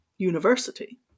university